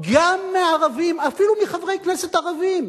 גם מערבים, אפילו מחברי כנסת ערבים.